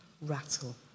rattle